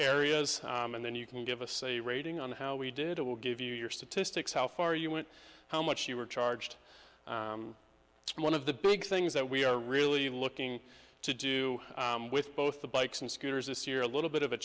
areas and then you can give us a rating on how we did it will give you your statistics how far you went how much you were charged one of the big things that we are really looking to do with both the bikes and scooters this year a little bit of a